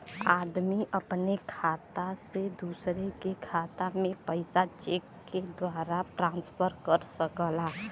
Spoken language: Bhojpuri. आदमी अपने खाता से दूसरे के खाता में पइसा चेक के द्वारा ट्रांसफर कर सकला